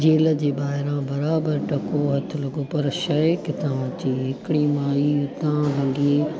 jail जे ॿाहिरां बराबरि टको हथ लॻो पर शइ किथां अचे हिकिड़ी माई हुतां लंगे